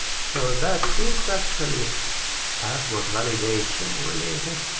so that is actually password validation related.